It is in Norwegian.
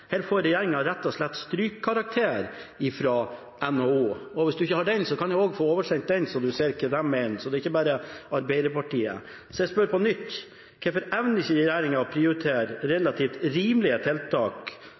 slett strykkarakter av NHO. Hvis statsråden ikke har den heller, kan jeg også få oversendt den, sånn at han ser hva de mener. Så det er ikke bare Arbeiderpartiet. Jeg spør på nytt: Hvorfor evner ikke regjeringa å prioritere relativt rimelige tiltak